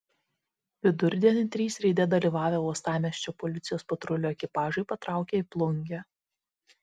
vidurdienį trys reide dalyvavę uostamiesčio policijos patrulių ekipažai patraukė į plungę